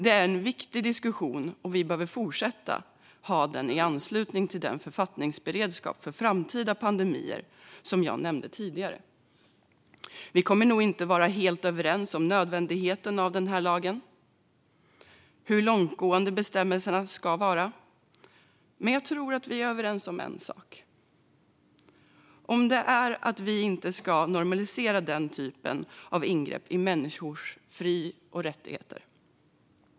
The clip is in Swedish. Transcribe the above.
Det är en viktig diskussion, och vi behöver fortsätta att ha diskussionen i anslutning till arbetet med den författningsberedskap för framtida pandemier som jag nämnde tidigare. Vi kommer nog inte att vara helt överens om nödvändigheten av den här lagen eller hur långtgående bestämmelserna ska vara. Men jag tror att vi är överens om en sak, och det är att vi inte ska normalisera den typen av ingrepp i människors fri och rättigheter.